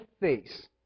face